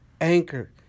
Anchor